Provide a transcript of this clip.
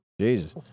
Jesus